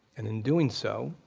and in doing so,